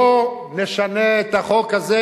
בוא ונשנה את החוק הזה.